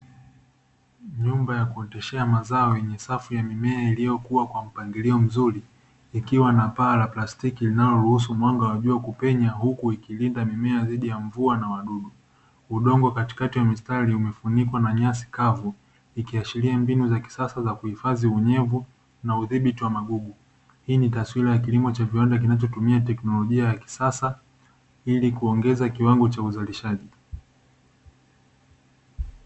Nyumba ya kuoteshea mazao yenye safu ya mimea iliyokuwa kwa mpangilio mzuri, ikiwa na paa la plastiki linaloruhusu mwanga wa jua kupenya huku ikilinda mimea dhidi ya mvua na wadudu. Udongo katikati ya mistari umefunikwa na nyasi kavu, ikishiria mbinu za kisasa za kuhifadhi unyevu na udhibiti wa magugu. Hii ni taswira ya kilimo cha viwanda kinachotumia teknolojia ya kisasa ili kuongeza kiwango cha uzalishaji.